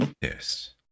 Yes